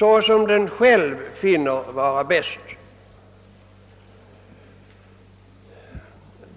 på sätt det självt finner bäst.